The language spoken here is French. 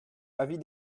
avis